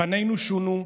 / פנינו שונו,